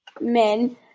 men